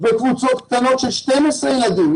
בקבוצות קטנות של 12 ילדים.